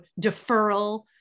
deferral